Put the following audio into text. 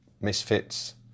Misfits